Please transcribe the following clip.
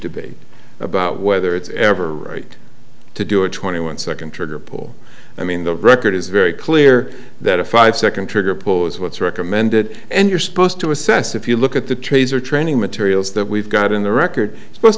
debate about whether it's ever right to do a twenty one second trigger pull i mean the record is very clear that a five second trigger pull is what's recommended and you're supposed to assess if you look at the trays or training materials that we've got in the record supposed